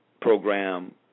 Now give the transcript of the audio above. program